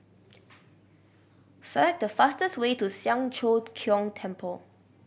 select the fastest way to Siang Cho Keong Temple